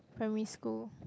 primary school